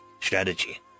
strategy